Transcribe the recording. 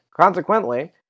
Consequently